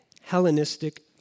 Hellenistic